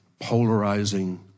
polarizing